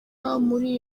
muri